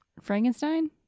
frankenstein